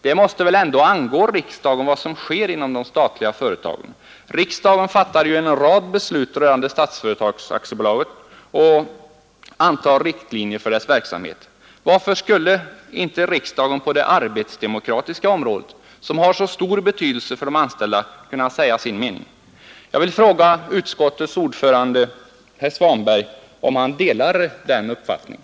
Vad som sker inom de statliga företagen måste väl ändå angå riksdagen, eftersom riksdagen fattar en rad beslut rörande Statsföretag AB och antar riktlinjer för dess verksamhet. Varför skulle inte riksdagen på det arbetsdemokratiska området, som har så stor betydelse för de anställda, kunna säga sin mening? Jag vill fråga utskottets ordförande, herr Svanberg, vilken uppfattning han har om detta.